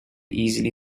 easily